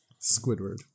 Squidward